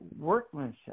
workmanship